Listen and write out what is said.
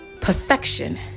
perfection